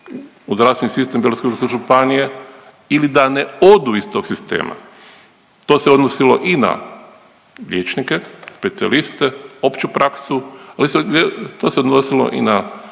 županije ili da ne odu iz tog sistema. To se odnosilo i na liječnike specijaliste, opću praksu ali to se odnosilo i na